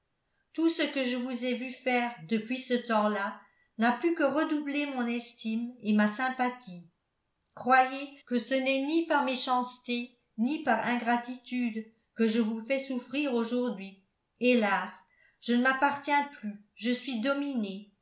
tout ce que je vous ai vu faire depuis ce temps-là n'a pu que redoubler mon estime et ma sympathie croyez que ce n'est ni par méchanceté ni par ingratitude que je vous fais souffrir aujourd'hui hélas je ne m'appartiens plus je suis dominée